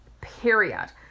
period